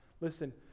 Listen